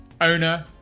owner